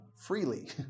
freely